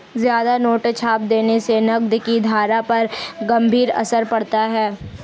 ज्यादा नोट छाप देने से नकद की धारा पर गंभीर असर पड़ता है